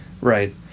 right